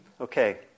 Okay